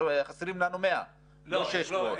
חסרים לנו 100, לא 600. לא.